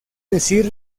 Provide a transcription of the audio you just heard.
decir